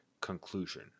conclusion